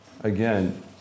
again